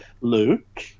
Luke